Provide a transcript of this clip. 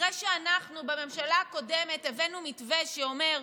אחרי שאנחנו בממשלה הקודמת הבאנו מתווה שאומר: